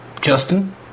Justin